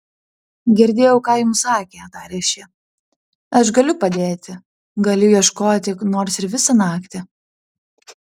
girdėjau ką jums sakė tarė ši aš galiu padėti galiu ieškoti nors ir visą naktį